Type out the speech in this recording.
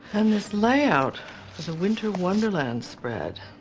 um this layout for the winter wonderland spread,